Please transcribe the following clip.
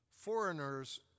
Foreigners